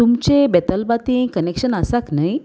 तुमचें बेतलबातीं कनेक्शन आसाक न्हय